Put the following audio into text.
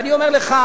ואני אומר לך,